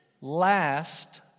Last